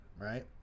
Right